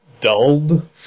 dulled